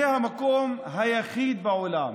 זה המקום היחיד בעולם